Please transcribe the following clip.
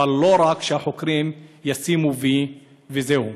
אבל לא רק שהחוקרים ישימו "וי" וזהו.